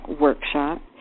workshop